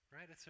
Right